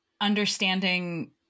understanding